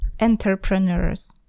entrepreneurs